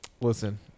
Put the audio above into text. Listen